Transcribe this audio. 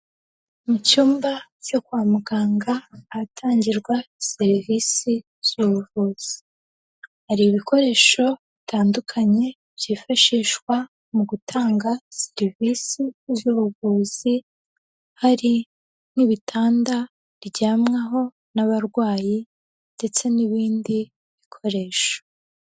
Mu cyumba cyo kwa muganga ahatangirwa serivisi z'ubuvuzi, hari ibikoresho bitandukanye byifashishwa mu gutanga serivisi z'ubuvuzi hari nk'ibitandaryamwaho n'abarwayi ndetse n'ibindi bikoresho.